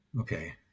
Okay